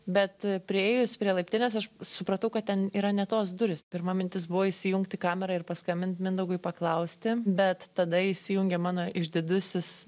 bet priėjus prie laiptinės aš supratau kad ten yra ne tos durys pirma mintis buvo įsijungti kamerą ir paskambint mindaugui paklausti bet tada įsijungė mano išdidusis